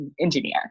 engineer